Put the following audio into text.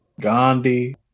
Gandhi